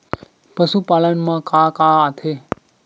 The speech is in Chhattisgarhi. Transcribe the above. पशुपालन मा का का आथे?